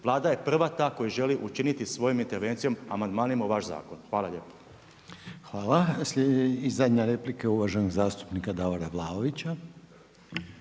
Vlada je prva ta koja želi učiniti svojom intervencijom amandmanima u vaš zakon. Hvala lijepo. **Reiner, Željko (HDZ)** I zadnja replika uvaženog zastupnika Davora Vlaovića.